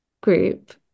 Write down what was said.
group